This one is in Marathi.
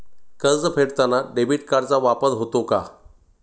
कर्ज फेडताना डेबिट कार्डचा वापर होतो का?